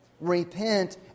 Repent